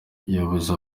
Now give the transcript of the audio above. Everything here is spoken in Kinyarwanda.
yabuze